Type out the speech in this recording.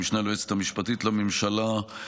המשנה ליועצת המשפטית לממשלה.